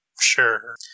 Sure